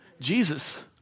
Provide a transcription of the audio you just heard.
Jesus